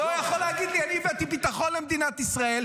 אתה לא יכול להגיד לי: אני הבאתי ביטחון למדינת ישראל,